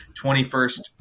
21st